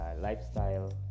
lifestyle